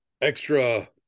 extra